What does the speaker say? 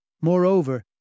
Moreover